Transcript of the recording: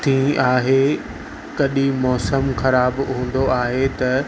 थी आहे कॾहिं मौसमु ख़राबु हूंदो आहे त